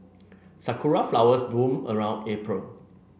sakura flowers bloom around April